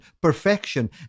perfection